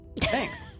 Thanks